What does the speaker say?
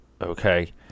okay